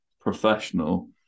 professional